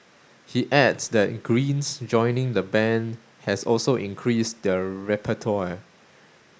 he adds that Green's joining the band has also increased their repertoire